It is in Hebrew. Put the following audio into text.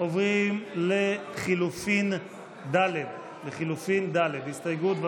עוברים ללחלופין ד', הסתייגות.